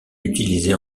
utilisée